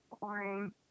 Boring